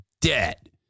dead